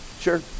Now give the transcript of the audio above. Sure